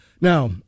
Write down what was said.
Now